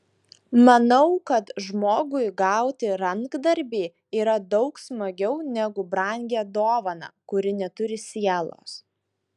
manau kad žmogui gauti rankdarbį yra daug smagiau negu brangią dovaną kuri neturi sielos